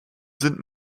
sind